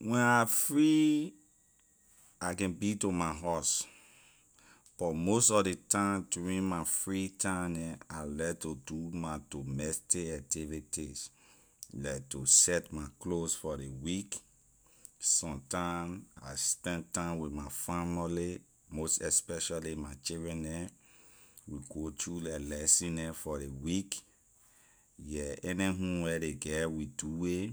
When I free I can be to my house but most sor ley time during my free neh I like to do my domestic activities like to set my clothes for ley week sometime I spend time with my famorly most especially my children neh we go through la lesson neh for ley week yeah any homework ley get we do it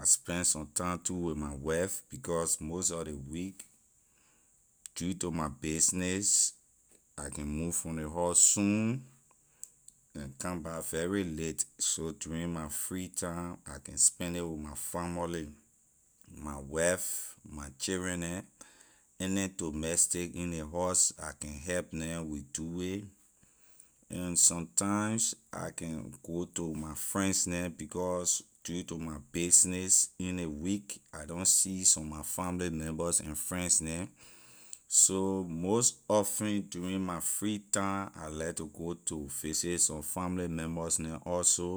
I spend sometime too with my wife because most sor ley week due to my business I can move from ley house soon and come back very late so during my free time I can spend it with my famorly my wife my children neh any domestic in ley house I can help neh we do it and sometimes I can go to my friends neh because due to my business in ley week I don’t see some my family members and friends neh so most often during my free time I like to go to visit some family members neh also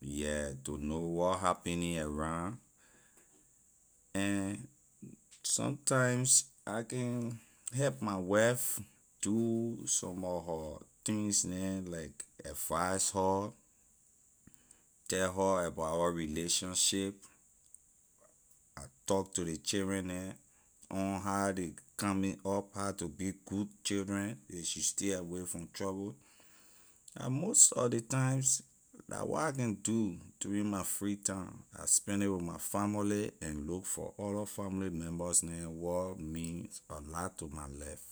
yeah to know what happening around and sometimes I can help my wife do sumor her things neh like advise her tell her about our relationship I talk to ley children neh on how ley coming up how to be good children ley should stay away from trouble. most of ley times la what I can do during my free time I spend it with my famorly and look for other family members neh wor means a lot to my life.